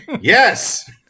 Yes